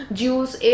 juice